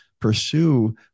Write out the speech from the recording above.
pursue